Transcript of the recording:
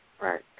right